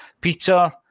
Peter